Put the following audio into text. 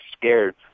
scared